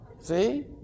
See